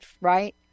right